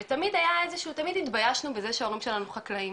ותמיד התביישנו שההורים שלנו חקלאים.